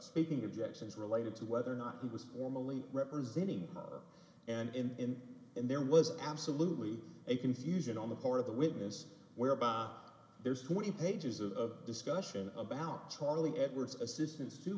speaking objections related to whether or not he was formally representing and in and there was absolutely a confusion on the part of the witness where about there's twenty pages of discussion about charlie edwards assistance to